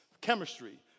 Chemistry